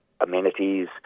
amenities